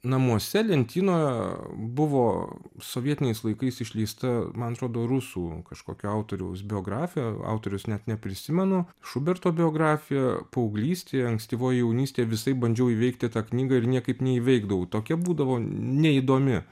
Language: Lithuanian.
namuose lentynoje buvo sovietiniais laikais išleista man atrodo rusų kažkokio autoriaus biografija autoriaus net neprisimenu šuberto biografija paauglystėje ankstyvoj jaunystėj visaip bandžiau įveikti tą knygą ir niekaip neįveikdavau tokia būdavo neįdomi